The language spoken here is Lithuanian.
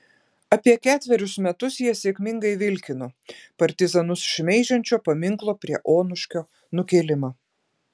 apie ketverius metus jie sėkmingai vilkino partizanus šmeižiančio paminklo prie onuškio nukėlimą